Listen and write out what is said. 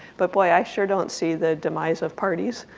but boy i sure don't see the demise of parties.